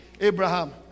abraham